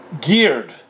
geared